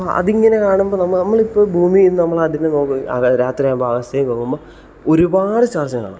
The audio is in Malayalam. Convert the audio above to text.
അത് ഇങ്ങനെ കാണുമ്പോൾ നമ്മ നമ്മൾ ഇപ്പോൾ ഭൂമിയിൽ നിന്ന് നമ്മൾ അതിനെ നോക്കുമ്പോൾ രാത്രിയാകുമ്പോൾ ആകാശത്തേക്ക് നോക്കുമ്പോൾ ഒരുപാട് സ്റ്റാർസിനെ കാണാം